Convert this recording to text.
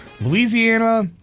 Louisiana